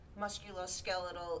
musculoskeletal